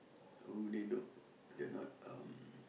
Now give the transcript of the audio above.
who they know they're not um